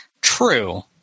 True